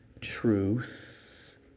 truth